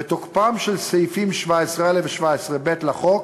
ותוקפם של סעיפים 17א ו-17ב לחוק